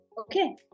Okay